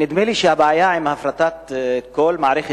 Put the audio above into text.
נדמה לי שהבעיה עם הפרטת כל מערכת